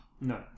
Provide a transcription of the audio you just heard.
No